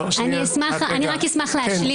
אני רק אשמח להשלים.